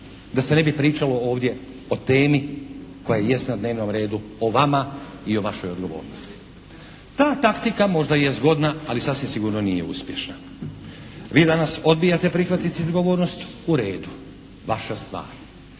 da se ne bi pričalo ovdje o temi koja jest na dnevnom redu, o vama i o vašoj odgovornosti. Ta taktika možda je zgodna, ali sasvim sigurno nije uspješna. Vi danas odbijate prihvatiti odgovornost, u redu, vaša stvar.